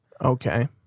Okay